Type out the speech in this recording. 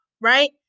right